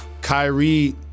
Kyrie